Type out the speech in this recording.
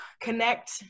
connect